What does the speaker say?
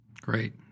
Great